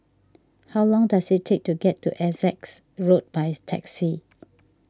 how long does it take to get to Essex Road by taxi